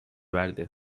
verdi